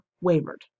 wavered